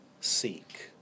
seek